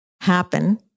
happen